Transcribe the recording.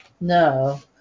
No